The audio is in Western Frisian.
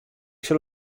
sil